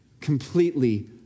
completely